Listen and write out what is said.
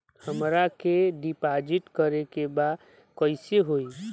हमरा के डिपाजिट करे के बा कईसे होई?